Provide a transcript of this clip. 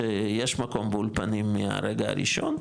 שיש מקום באולפנים מהרגע הראשון,